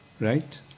Right